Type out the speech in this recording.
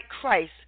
Christ